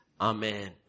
Amen